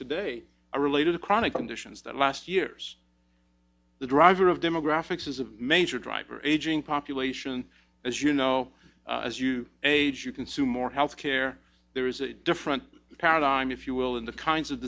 today are related to chronic conditions that last year's the driver of demographics is a major driver aging population as you know as you age you consume more health care there is a different paradigm if you will in the kinds of